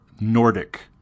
Nordic